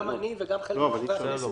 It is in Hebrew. גם אני וגם חלק מחברי הכנסת